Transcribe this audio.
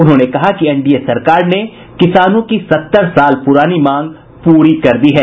उन्होंने कहा कि एनडीए सरकार ने किसानों की सत्तर साल पुरानी मांग पूरी कर दी है